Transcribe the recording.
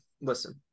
listen